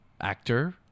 actor